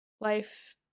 life